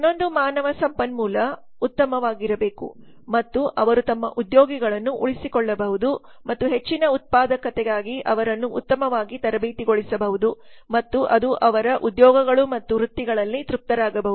ಇನ್ನೊಂದು ಮಾನವ ಸಂಪನ್ಮೂಲ ಉತ್ತಮವಾಗಿರಬೇಕು ಮತ್ತು ಅವರು ತಮ್ಮ ಉದ್ಯೋಗಿಗಳನ್ನು ಉಳಿಸಿಕೊಳ್ಳಬಹುದು ಮತ್ತು ಹೆಚ್ಚಿನ ಉತ್ಪಾದಕತೆಗಾಗಿ ಅವರನ್ನು ಉತ್ತಮವಾಗಿ ತರಬೇತಿಗೊಳಿಸಬಹುದು ಮತ್ತು ಅದು ಅವರ ಉದ್ಯೋಗಗಳು ಮತ್ತು ವೃತ್ತಿ ಗಳಲ್ಲಿ ತೃಪ್ತರಾಗಬಹುದು